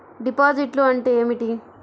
డిపాజిట్లు అంటే ఏమిటి?